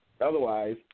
Otherwise